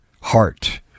heart